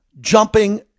jumping